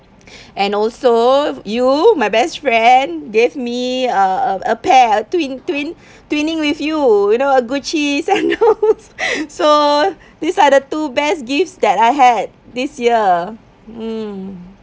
and also you my best friend gave me a a a pair twin twin twinning with you you know a gucci so these are the two best gifts that I had this year mm